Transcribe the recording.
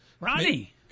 Ronnie